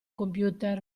computer